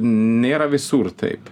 nėra visur taip